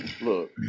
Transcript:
Look